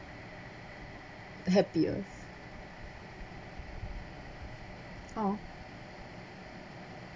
happiest oh